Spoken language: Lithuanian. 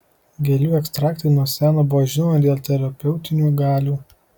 gėlių ekstraktai nuo seno buvo žinomi dėl terapeutinių galių